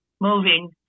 moving